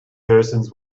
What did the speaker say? persons